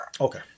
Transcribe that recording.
Okay